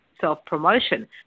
self-promotion